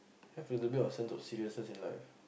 have a little bit of sense of seriousness in like